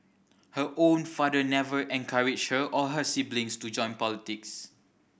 her own father never encouraged her or her siblings to join politics